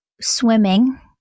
swimming